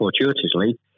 fortuitously